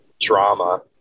drama